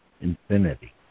infinity